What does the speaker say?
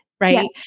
right